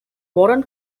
warren